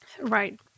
Right